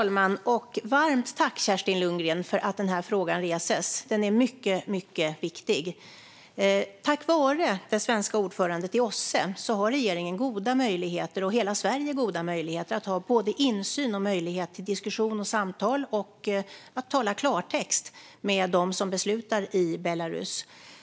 Herr talman! Varmt tack, Kerstin Lundgren, för att den här frågan reses! Den är mycket viktig. Tack vare det svenska ordförandeskapet i OSSE har regeringen och hela Sverige goda möjligheter såväl till att ha insyn och att föra diskussion och samtal som att tala klartext med dem som beslutar i Belarus.